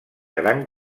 gran